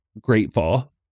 grateful